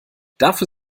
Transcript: dafür